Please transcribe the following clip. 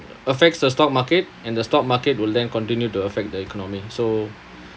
affects the stock market and the stock market will then continue to affect the economy so